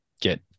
get